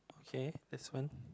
okay that's one